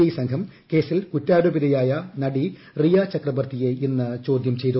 I സംഘം കേസിൽ കൂറ്റാരോപിതയായ നടി റിയ ചക്രബർത്തിയെ ഇന്ന് ചോദ്യം ചെയ്തു